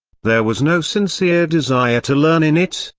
there was no sincere desire to learn in it,